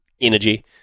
Energy